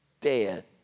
dead